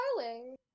Darling